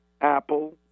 Apple